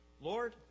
Lord